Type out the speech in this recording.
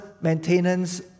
maintenance